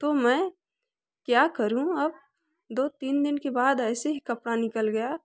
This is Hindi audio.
तो मैं क्या करूँ अब दो तीन दिन के बाद ऐसे ही कपड़ा निकल गया